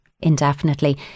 indefinitely